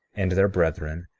and their brethren,